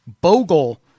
Bogle